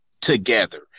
together